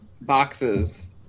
boxes